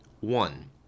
One